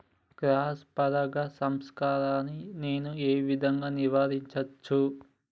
Cross పరాగ సంపర్కాన్ని నేను ఏ విధంగా నివారించచ్చు?